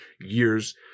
years